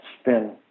spin